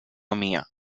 mia